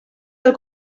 del